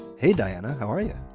hey, dianna. how are yeah